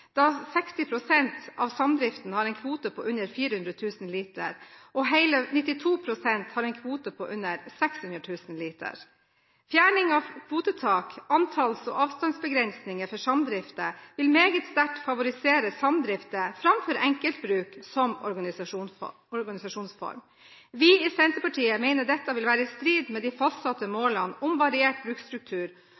da 60 pst. av samdriftene har en kvote på under 400 000 liter, og hele 92 pst. har en kvote på under 600 000 liter. Fjerning av kvotetak-, antalls- og avstandsbegrensninger for samdrifter vil meget sterkt favorisere samdrifter framfor enkeltbruk som organisasjonsform. Vi i Senterpartiet mener dette vil være i strid med de fastsatte